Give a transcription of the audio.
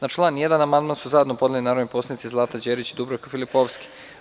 Na član 1. amandman su zajedno podneli narodni poslanici Zlata Đerić i Dubravka Filipovski.